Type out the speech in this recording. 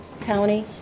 county